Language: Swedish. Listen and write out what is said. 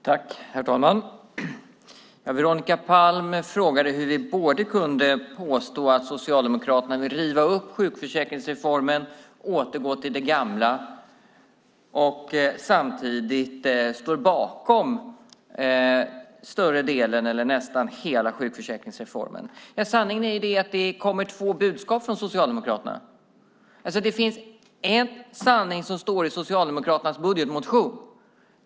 Herr talman! Veronica Palm frågade hur vi kunde påstå att Socialdemokraterna vill riva upp sjukförsäkringsreformen och återgå till det gamla samtidigt som de står bakom större delen, eller nästan hela, sjukförsäkringsreformen. Sanningen är att det kommer två budskap från Socialdemokraterna. Det finns en sanning som står i Socialdemokraternas budgetmotion.